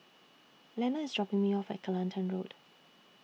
Lenna IS dropping Me off At Kelantan Road